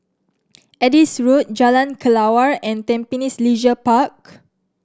Adis Road Jalan Kelawar and Tampines Leisure Park